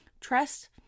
trust